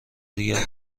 دیگر